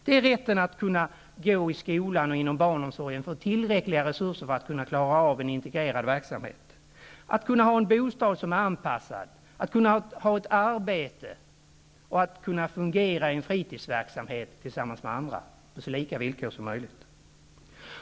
Det är rätten till barnomsorg, att gå i skolan, att få tillräckliga resurser för att klara av en integrerad verksamhet, att kunna ha en bostad som är anpassad, att kunna ha ett arbete och att kunna fungera i en fritidsverksamhet tillsammans med andra på så lika villkor som möjligt.